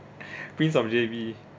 prince of J_B